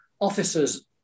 Officers